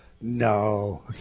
no